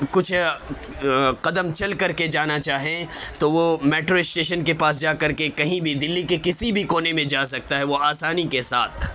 کچھ قدم چل کر کے جانا چاہے تو وہ میٹرو اسٹیشن کے پاس جاکر کے کہیں بھی دلی کے کسی بھی کونے میں جا سکتا ہے وہ آسانی کے ساتھ